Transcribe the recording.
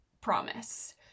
Promise